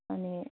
अनि